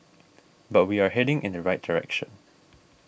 but we are heading in the right direction